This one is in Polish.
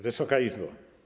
Wysoka Izbo!